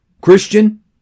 Christian